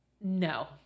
No